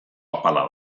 apala